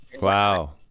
Wow